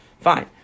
fine